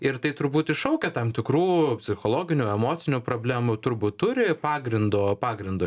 ir tai truputį šaukia tam tikrų psichologinių emocinių problemų turbūt turi pagrindo pagrindo